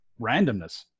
randomness